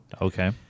Okay